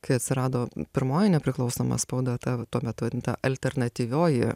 kai atsirado pirmoji nepriklausoma spauda ta tuo metu alternatyvioji